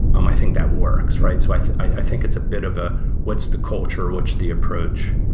um i think that works, right? so i i think it's a bit of ah what's the culture? what's the approach?